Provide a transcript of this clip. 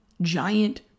giant